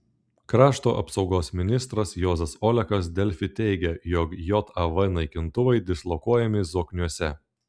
krašto apsaugos ministras juozas olekas delfi teigė jog jav naikintuvai dislokuojami zokniuose